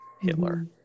Hitler